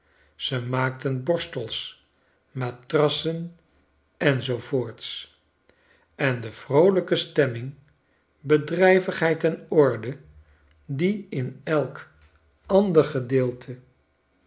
ze maakten borstels matrassen en zoo voorts en de vroolijke stemming bedrijvigheid en orde die in elk ander gedeelte